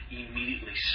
immediately